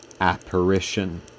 apparition